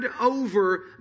over